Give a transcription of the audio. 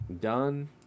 done